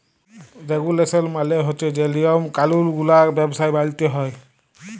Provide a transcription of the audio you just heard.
রেগুলেসল মালে হছে যে লিয়ম কালুল গুলা ব্যবসায় মালতে হ্যয়